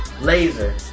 Laser